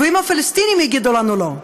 ואם הפלסטינים יגידו לנו לא,